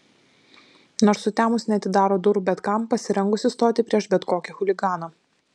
nors sutemus neatidaro durų bet kam pasirengusi stoti prieš bet kokį chuliganą